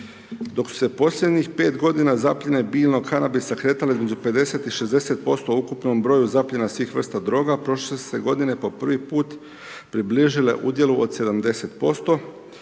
Dok su se posljednjih 5 godina zapljene biljnog kanabisa kretale između 50 i 60% u ukupnom broju zapljena svih vrsta droga prošle su se godine po prvi put približile udjelu od 70%.